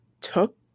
took